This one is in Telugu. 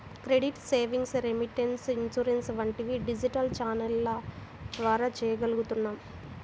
క్రెడిట్, సేవింగ్స్, రెమిటెన్స్, ఇన్సూరెన్స్ వంటివి డిజిటల్ ఛానెల్ల ద్వారా చెయ్యగలుగుతున్నాం